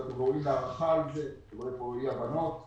תלוי איך